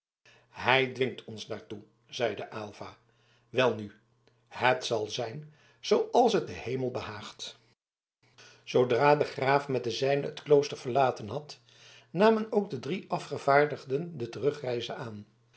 hij dwingt ons daartoe zeide aylva welnu het zal zijn zooals het den hemel behaagt zoodra de graaf met de zijnen het klooster verlaten had namen ook de drie afgevaardigden de terugreize aan